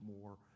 more